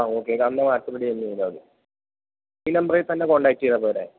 ആ ഓക്കെ വാട്സപ്പില് ചെയ്താല് മതി ഈ നമ്പറില് തന്നെ കോൺടാക്ട് ചെയ്താല് പോരെ